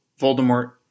Voldemort